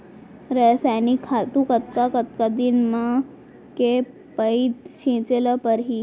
रसायनिक खातू कतका कतका दिन म, के पइत छिंचे ल परहि?